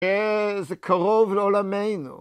‫כעז קרוב לעולמינו.